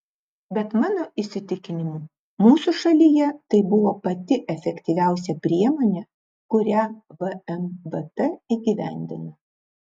bet mano įsitikinimu mūsų šalyje tai buvo pati efektyviausia priemonė kurią vmvt įgyvendino